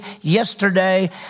yesterday